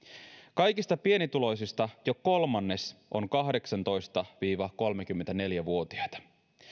kaikista pienituloisista jo kolmannes on kahdeksantoista viiva kolmekymmentäneljä vuotiaita